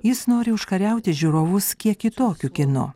jis nori užkariauti žiūrovus kiek kitokiu kinu